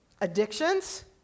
addictions